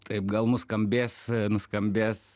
taip gal nuskambės nuskambės